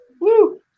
Woo